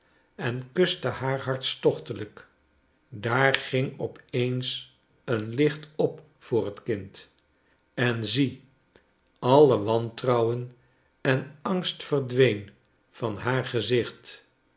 en kuste haar hartstochtelijk daar ging op eens een licht op voor t kind en zie alle wantrouwen en angst verdween van haar gezicht